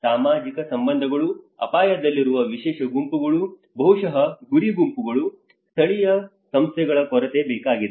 ಸಾಮಾಜಿಕ ಸಂಬಂಧಗಳು ಅಪಾಯದಲ್ಲಿರುವ ವಿಶೇಷ ಗುಂಪುಗಳು ಬಹುಶಃ ಗುರಿ ಗುಂಪುಗಳು ಸ್ಥಳೀಯ ಸಂಸ್ಥೆಗಳ ಕೊರತೆ ಬೇಕಾಗಿದೆ